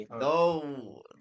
no